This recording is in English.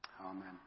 Amen